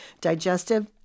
Digestive